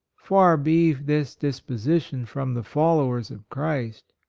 far be this disposition from the followers of christ.